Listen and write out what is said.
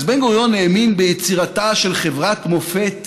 אז בן-גוריון האמין ביצירתה של חברת מופת